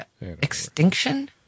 extinction